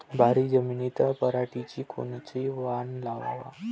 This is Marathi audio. भारी जमिनीत पराटीचं कोनचं वान लावाव?